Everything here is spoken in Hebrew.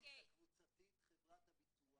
פוליסה קבוצתית חברת הביטוח